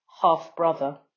half-brother